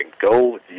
go